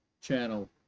channel